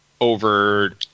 over